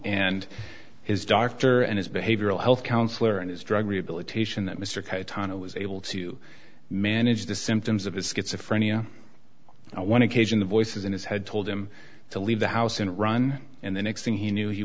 and his doctor and his behavioral health counselor and his drug rehabilitation that mr caetano was able to manage the symptoms of his schizophrenia i want to cage in the voices in his head told him to leave the house and run and the next thing he knew he